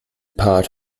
part